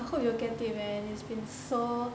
I hope you will get it man it's been so